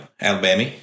Alabama